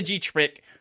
trick